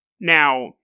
Now